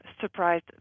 surprised